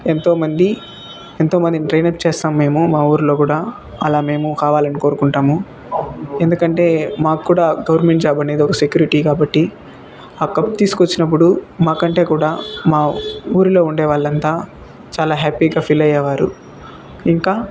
ఎంతోమంది ఎంతోమందిని train up చేస్తాము మేము మా ఊళ్ళో కుడా అలా మేము కావాలని కోరుకుంటాము ఎందుకంటే మాకు కూడా గవర్నమెంట్ జాబ్ అనేది ఒక సెక్యూరిటీ కాబట్టి ఆ కప్ తీసుకొచ్చినప్పుడు మాకంటే కూడా మా ఊళ్ళో ఉండే వాళ్లంతా చాలా హ్యాపీగా ఫీల్ అయ్యేవారు ఇంకా